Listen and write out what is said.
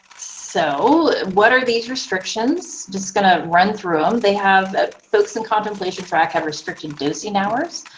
so what are these restrictions? just going to run through them. they have a focus in contemplation track, have restricted dosing hours,